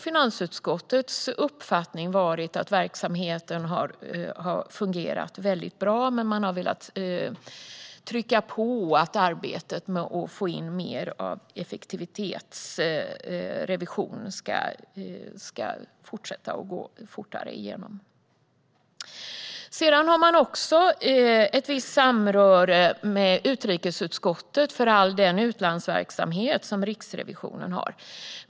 Finansutskottets uppfattning har varit att verksamheten har fungerat bra, men man har velat trycka på för att arbetet med att få in mer effektivitetsrevision ska gå fortare att få igenom. Sedan har Riksrevisionen också ett visst samröre med utrikesutskottet när det gäller all den utlandsverksamhet som Riksrevisionen har.